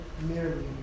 merely